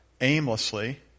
aimlessly